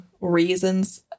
reasons